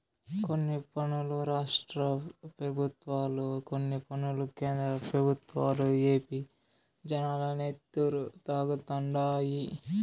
కొన్ని పన్నులు రాష్ట్ర పెబుత్వాలు, కొన్ని పన్నులు కేంద్ర పెబుత్వాలు ఏపీ జనాల నెత్తురు తాగుతండాయి